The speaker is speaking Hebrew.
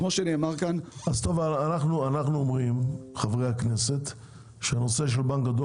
חברי הכנסת אומרים שהנושא של בנק הדואר